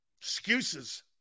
Excuses